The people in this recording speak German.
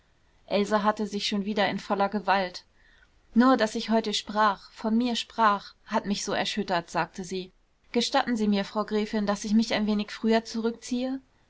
else hatte sich schon wieder in voller gewalt nur daß ich heute sprach von mir sprach hat mich so erschüttert sagte sie gestatten sie mir frau gräfin daß ich mich ein wenig früher zurückziehe